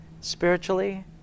spiritually